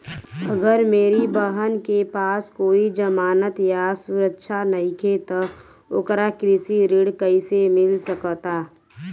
अगर मेरी बहन के पास कोई जमानत या सुरक्षा नईखे त ओकरा कृषि ऋण कईसे मिल सकता?